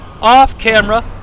off-camera